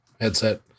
headset